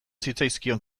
zitzaizkion